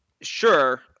sure